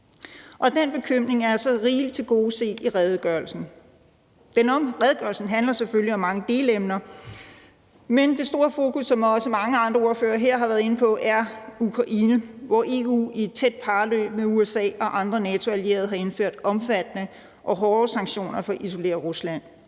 Den bekymring er så rigeligt tilgodeset i redegørelsen. Redegørelsen handler selvfølgelig om mange delemner, men det store fokus, som også mange andre ordførere her har været inde på, er Ukraine, hvor EU i et tæt parløb med USA og andre NATO-allierede har indført omfattende og hårde sanktioner for at isolere Rusland,